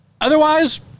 Otherwise